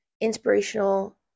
inspirational